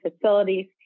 facilities